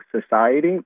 Society